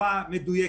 בצורה מדויקת.